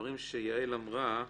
לדברים שיעל אמרה,